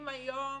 אם היום